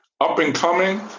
Up-and-coming